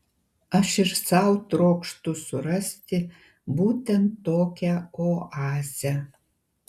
aš ir sau trokštu surasti būtent tokią oazę